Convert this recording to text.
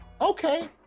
okay